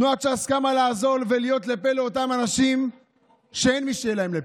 תנועת ש"ס קמה כדי לעזור ולהיות לפה לאותם אנשים שאין מי שיהיה להם לפה.